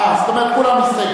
אה, זאת אומרת, כולם יסתייגו.